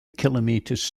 kilometres